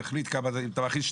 תחליט כמה אתה מכניס,